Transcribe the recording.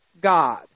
God